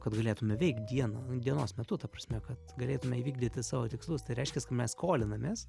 kad galėtume nuveikt dieną dienos metu ta prasme kad galėtume įvykdyti savo tikslus tai reiškias kad mes skolinamės